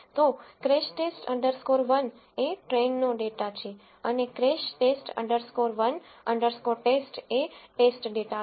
તો crash test underscore 1 crashTest 1એ ટ્રેઇનનો ડેટા છે અને ક્રેશ ટેસ્ટ અન્ડરસ્કોર 1 અન્ડરસ્કોર ટેસ્ટcrashTest 1 TEST એ ટેસ્ટ ડેટા છે